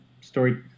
story